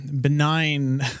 benign